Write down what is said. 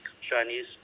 Chinese